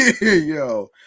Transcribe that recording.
Yo